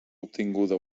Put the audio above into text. obtinguda